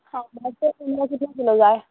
मात्शे तुमकां कितले किलो जाय